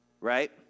right